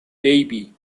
baby